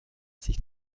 sich